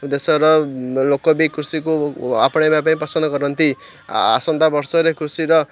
ଦେଶର ଲୋକ ବି କୃଷିକୁ ଆପଣାଇବା ପାଇଁ ପସନ୍ଦ କରନ୍ତି ଆସନ୍ତା ବର୍ଷରେ କୃଷିର